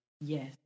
Yes